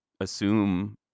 assume